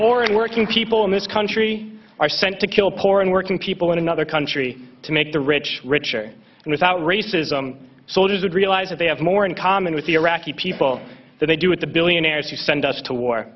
and working people in this country are sent to kill poor and working people in another country to make the rich richer and without racism soldiers would realize that they have more in common with the iraqi people than they do with the billionaires who send us to war